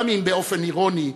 גם אם באופן אירוני,